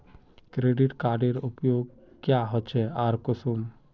Credit कार्डेर उपयोग क्याँ होचे आर कुंसम?